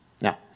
Now